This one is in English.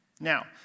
Now